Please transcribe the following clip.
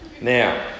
Now